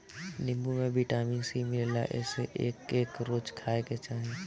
नीबू में vitamin C मिलेला एसे एके रोज खाए के चाही